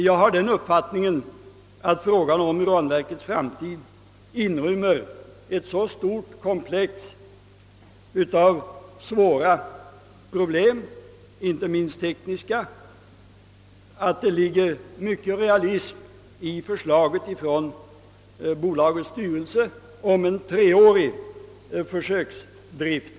Jag har den uppfattningen att frågan om uranverkets framtid inrymmer ett så stort komplex av svåra problem -— inte minst tekniska — att det ligger mycken realism i förslaget från bolagets styrelse om en treårig försöksdrift.